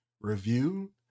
review